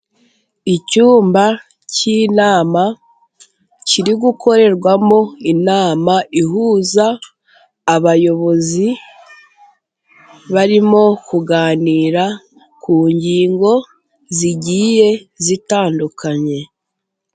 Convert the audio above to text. Icyumba cy'inama kiri gukorerwamo inama ihuza abayobozi, barimo kuganira ku ngingo zigiye zitandukanye.